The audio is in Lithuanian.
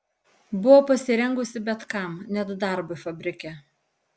buvo pasirengusi bet kam net darbui fabrike